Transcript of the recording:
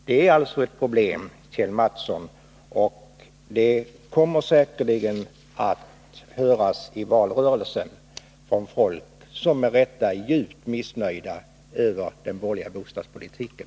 Det är alltså ett problem, Kjell Mattsson, och det kommer säkerligen att höras i valrörelsen från folk som med rätta är djupt missnöjda med den borgerliga bostadspolitiken.